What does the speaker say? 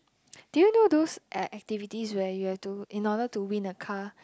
do you know those act~ activities where you have to in order to win a car